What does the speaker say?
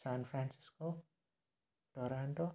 sans francisco Toronto